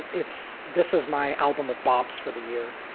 it's this is my album of bopp's for the year